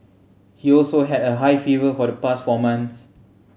he also had a high fever for the past four months